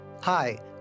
Hi